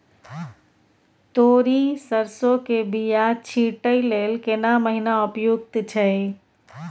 तोरी, सरसो के बीया छींटै लेल केना महीना उपयुक्त छै?